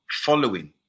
following